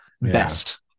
best